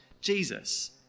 Jesus